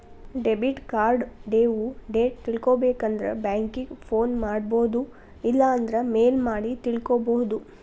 debit card due date ತಿಳ್ಕೊಬೇಕಂದ್ರ banking phone ಮಾಡೊಬೋದು ಇಲ್ಲಾಂದ್ರ ಮೇಲ್ ಮಾಡಿ ತಿಳ್ಕೋಬೋದು